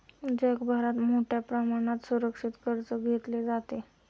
जगभरात मोठ्या प्रमाणात सुरक्षित कर्ज घेतले जाते